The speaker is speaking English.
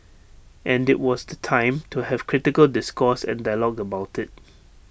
and IT was the time to have critical discourse and dialogue about IT